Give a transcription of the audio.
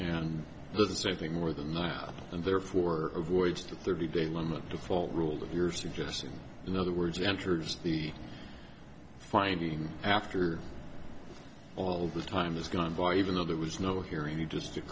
and the same thing more than that and therefore avoid the thirty day limit to full rule of your suggestion in other words enters the finding after all the time has gone by even though there was no hearing just